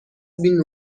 been